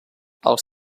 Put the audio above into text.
els